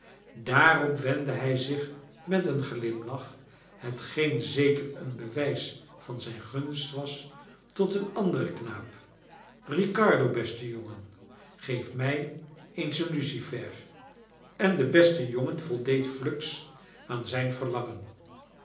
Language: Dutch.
daarop wendde hij zich met een glimlach hetgeen zeker een bewijs van zijn gunst was tot een anderen knaap riccardo beste jongen geef mij eens een lucifer en de beste jongen voldeed fluks aan zijn verlangen